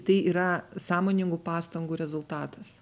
tai yra sąmoningų pastangų rezultatas